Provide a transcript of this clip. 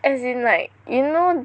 as in like you know